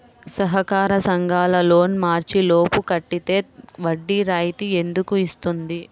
సహకార సంఘాల లోన్ మార్చి లోపు కట్టితే వడ్డీ రాయితీ ఎందుకు ఇస్తుంది?